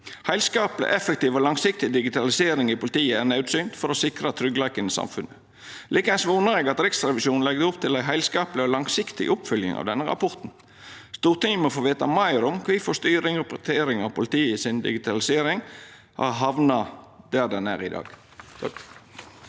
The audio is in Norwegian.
Heilskapleg, effektiv og langsiktig digitalisering i politiet er naudsynt for å sikra tryggleiken i samfunnet. Like eins vonar eg at Riksrevisjonen legg opp til ei heilskapleg og langsiktig oppfølging av denne rapporten. Stortinget må få vita meir om kvifor styring og prioritering av politiets digitalisering har hamna der det er i dag.